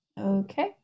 Okay